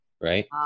right